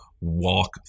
walk